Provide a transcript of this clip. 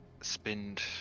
spend